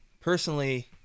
personally